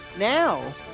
Now